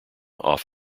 off